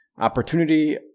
opportunity